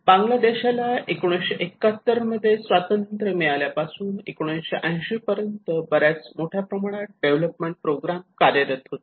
बांगलादेशाला 1971 मध्ये स्वातंत्र्य मिळाल्यापासून 1980 पर्यंत बऱ्याच प्रमाणात डेव्हलपमेंट प्रोग्राम कार्यरत करण्यात आले